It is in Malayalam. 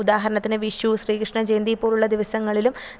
ഉദാഹരണത്തിന് വിഷു ശ്രീകൃഷ്ണജയന്തി പോലുള്ള ദിവസങ്ങളിലും